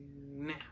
now